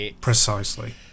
Precisely